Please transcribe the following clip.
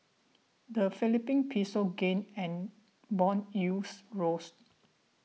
the Philippine Peso gained and bond yields rose